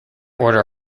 order